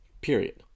period